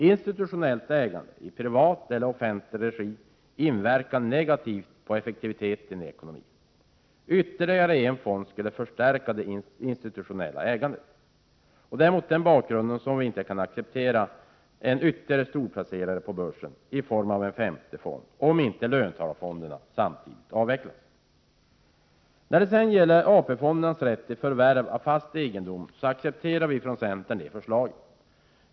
Institutionellt ägande i privat eller offentlig regi inverkar negativt på effektiviteten i ekonomin. Ytterligare en fond skulle förstärka det institutionella ägandet. Det är mot den här bakgrunden som vi inte kan acceptera en ytterligare storplacerare på börsen i form av en femte fond, om inte löntagarfonderna samtidigt avvecklas. Centern accepterar AP-fondernas rätt till förvärv av fast egendom.